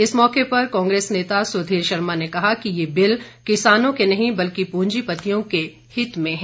इस मौके पर कांग्रेस नेता सुधीर शर्मा ने कहा कि ये बिल किसानों के नहीं बल्कि प्रंजीपतियों के हित में है